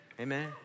Amen